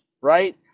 right